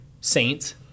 Saints